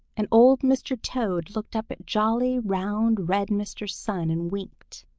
and old mr. toad looked up at jolly, round, red mr. sun and winked.